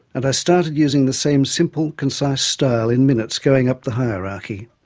and i started using the same simple, concise style in minutes going up the hierarchy.